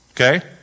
Okay